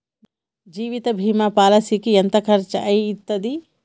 జీవిత బీమా పాలసీకి ఎంత ఖర్చయితది?